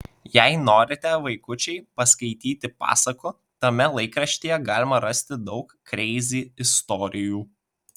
jei norite vaikučiai paskaityti pasakų tame laikraštyje galima rasti daug kreizi istorijų